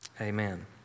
Amen